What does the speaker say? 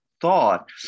thought